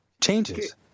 changes